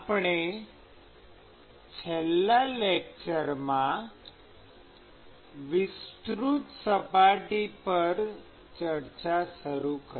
આપણે છેલ્લા લેકચરમાં વિસ્તૃત સપાટી પર ચર્ચા શરૂ કરી